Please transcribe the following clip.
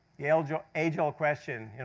the age ah age old question,